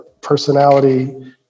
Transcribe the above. personality